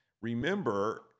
Remember